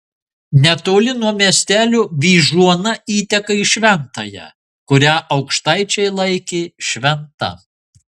netoli nuo miestelio vyžuona įteka į šventąją kurią aukštaičiai laikė šventa